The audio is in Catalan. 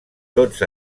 tots